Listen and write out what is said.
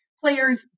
players